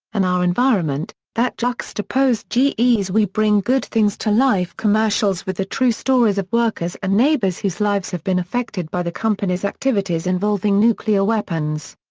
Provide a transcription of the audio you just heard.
and our environment, that juxtaposed ge's we bring good things to life commercials with the true stories of workers and neighbors whose lives have been affected by the company's activities involving nuclear weapons.